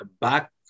back